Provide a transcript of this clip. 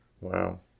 Wow